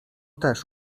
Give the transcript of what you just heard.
też